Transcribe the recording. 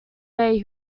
day